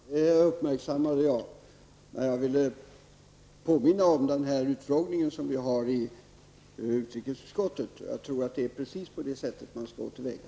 Herr talman! Det uppmärksammade jag, men jag ville påminna om den utfrågning som vi har i utrikesutskottet. Jag tror att det är precis på det sättet man skall gå till väga.